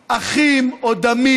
אותם עשרות אלפים,